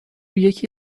یکی